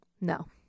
No